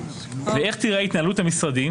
ואיך תיראה התנהלות המשרדים,